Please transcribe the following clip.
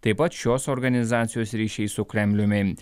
taip pat šios organizacijos ryšiai su kremliumi